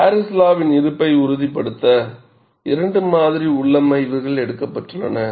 Paris லாவின் இருப்பை உறுதிப்படுத்த இரண்டு மாதிரி உள்ளமைவுகள் எடுக்கப்பட்டுள்ளன